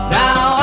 now